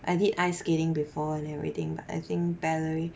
I did ice skating before and everything but I think balleri~